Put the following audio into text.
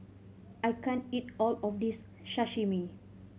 I can't eat all of this Sashimi